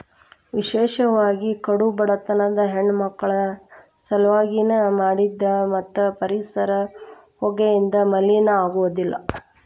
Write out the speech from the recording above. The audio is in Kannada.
ವಿಶೇಷವಾಗಿ ಕಡು ಬಡತನದ ಹೆಣ್ಣಮಕ್ಕಳ ಸಲವಾಗಿ ನ ಮಾಡಿದ್ದ ಮತ್ತ ಪರಿಸರ ಹೊಗೆಯಿಂದ ಮಲಿನ ಆಗುದಿಲ್ಲ